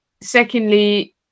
secondly